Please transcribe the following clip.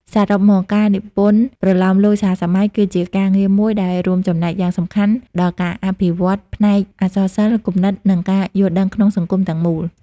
សរុបមក ការនិពន្ធប្រលោមលោកសហសម័យគឺជាការងារមួយដែលរួមចំណែកយ៉ាងសំខាន់ដល់ការអភិវឌ្ឍផ្នែកអក្សរសិល្ប៍ គំនិត និងការយល់ដឹងក្នុងសង្គមទាំងមូល។